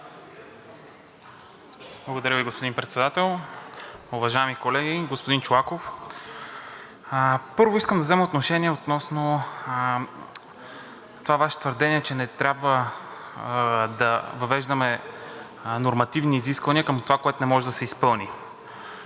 Благодаря Ви, господин Председател. Уважаеми колеги! Господин Чолаков, първо искам да взема отношение относно Вашето твърдение, че не трябва да въвеждаме нормативни изисквания към това, което не може да се изпълни.